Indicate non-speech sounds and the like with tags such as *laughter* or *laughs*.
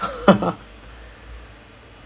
*laughs*